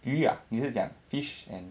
鱼啊妳是讲 fish and